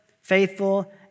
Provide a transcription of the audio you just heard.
faithful